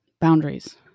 Boundaries